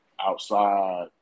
outside